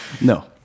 No